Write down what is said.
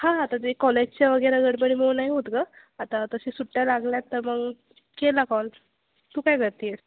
हां आता ते कॉलेजच्या वगैरे गडबडीमुळं नाही होत गं आता तशा सुट्ट्या लागल्या आहेत तर मग केला कॉल तू काय करते आहे